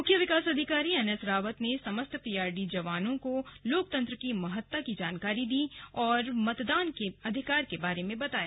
मुख्य विकास अधिकारी एनएस रावत ने समस्त पीआरडी जवानों को लोकतंत्र की महत्ता की जानकारी दी और मतदान के अधिकार के बारे में बताया